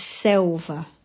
silver